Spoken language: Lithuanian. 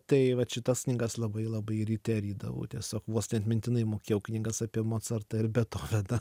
tai vat šitas knygas labai labai ryte rydavau tiesiog vos ne atmintinai mokėjau knygas apie mocartą ir betoveną